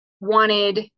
wanted